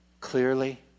clearly